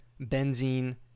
benzene